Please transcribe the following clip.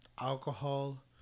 Alcohol